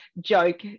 joke